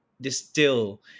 distill